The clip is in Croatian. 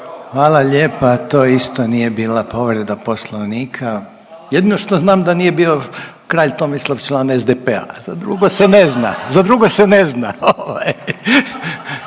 Hvala lijepa. To isto nije bila povreda poslovnika, jedino što znam da nije bio kralj Tomislav član SDP-a, a za drugo se ne zna, za drugo se ne zna.